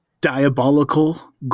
diabolical